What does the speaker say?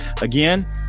again